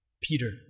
Peter